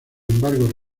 embargo